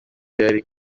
nari